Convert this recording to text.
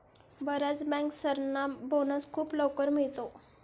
बर्याच बँकर्सना बोनस खूप लवकर मिळतो